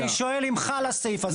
אני שואל אם חל הסעיף הזה.